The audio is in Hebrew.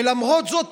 ולמרות זאת,